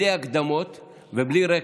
בלי הקדמות ובלי רקע,